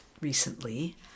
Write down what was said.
recently